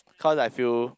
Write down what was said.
cause I feel